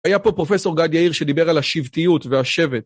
היה פה פרופסור גד יאיר שדיבר על השבטיות והשבט.